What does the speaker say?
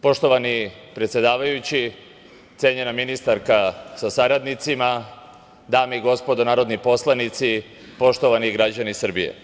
Poštovani predsedavajući, cenjena ministarka sa saradnicima, dame i gospodo narodni poslanici, poštovani građani Srbije,